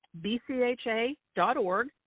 bcha.org